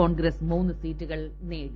കോൺഗ്രസ് മൂന്ന് സീറ്റുകൾ നേടി